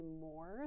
more